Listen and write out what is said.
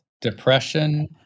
depression